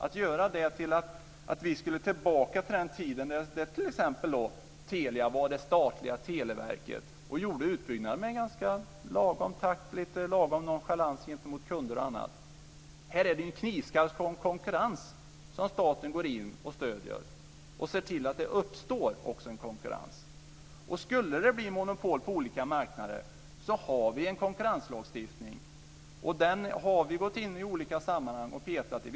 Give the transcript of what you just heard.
Man gör det till att vi skulle tillbaka till den tiden då t.ex. Telia var det statliga televerket och gjorde utbyggnaden i en ganska lagom takt med lite lagom nonchalans gentemot kunder och annat. I det här fallet går ju staten in och stöder en knivskarp konkurrens och ser till att det också uppstår en konkurrens. Om det skulle bli monopol på olika marknader har vi en konkurrenslagstiftning. Vi har i olika sammanhang gått in och petat i den.